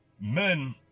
men